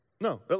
No